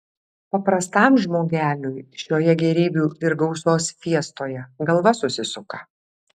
paprastam žmogeliui šioje gėrybių ir gausos fiestoje galva susisuka